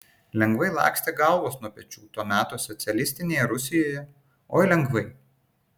lengvai lakstė galvos nuo pečių to meto socialistinėje rusijoje oi lengvai